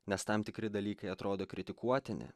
nes tam tikri dalykai atrodo kritikuotini